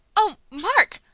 oh, mark!